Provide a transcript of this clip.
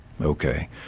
Okay